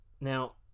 Now